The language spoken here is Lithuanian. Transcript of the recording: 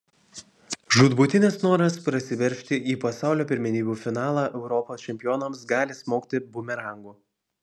žūtbūtinis noras prasiveržti į pasaulio pirmenybių finalą europos čempionams gali smogti bumerangu